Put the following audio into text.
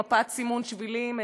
מפת סימון שבילים,